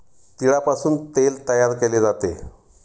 तिळापासून तेल तयार केले जाते